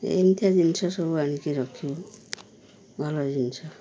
ଏମିତିକା ଜିନିଷ ସବୁ ଆଣିକି ରଖିବୁ ଭଲ ଜିନିଷ